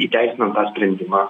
įteisinam sprendimą